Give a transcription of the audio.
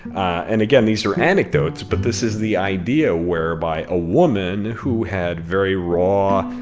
and again, these are anecdotes, but this is the idea whereby a woman, who had very raw,